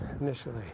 initially